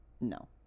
No